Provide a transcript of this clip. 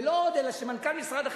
ולא עוד אלא שמנכ"ל משרד החינוך,